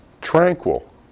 tranquil